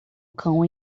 cão